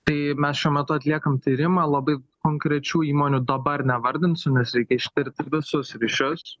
tai mes šiuo metu atliekam tyrimą labai konkrečių įmonių dabar nevardinsiu nes reikia ištirt visus ryšius